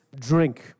drink